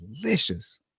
delicious